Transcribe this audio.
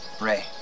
Ray